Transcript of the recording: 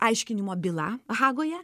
aiškinimo byla hagoje